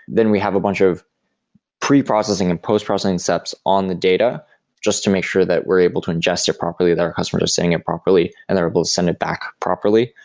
then we have a bunch of preprocessing and post-processing steps on the data just to make sure that we're able to ingest it properly, that our customers are seeing it properly and they're able to send it back properly,